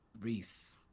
Reese